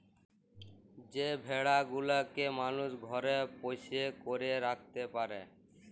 যে ভেড়া গুলাকে মালুস ঘরে পোষ্য করে রাখত্যে পারে